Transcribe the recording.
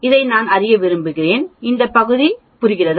இதை நான் அறிய விரும்புகிறேன் பகுதி இந்த பகுதி புரிகிறது